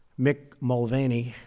mick mulvaney,